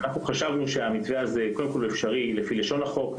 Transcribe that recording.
חשבנו שהמתווה הזה אפשרי לפי לשון החוק,